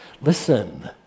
Listen